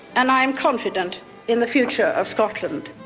and i am confident in the future of scotland.